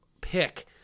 pick